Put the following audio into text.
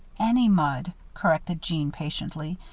any mud, corrected jeanne, patiently.